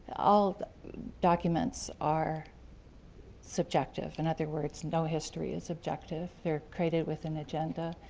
all documents are subjective. in other words, no history its subjective. they're created with an agenda,